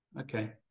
Okay